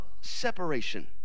separation